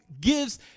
gives